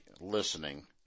listening